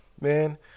man